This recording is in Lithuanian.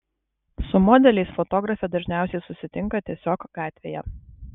su modeliais fotografė dažniausiai susitinka tiesiog gatvėje